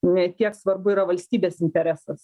ne kiek svarbu yra valstybės interesas